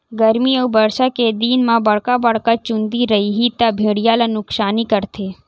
गरमी अउ बरसा के दिन म बड़का बड़का चूंदी रइही त भेड़िया ल नुकसानी करथे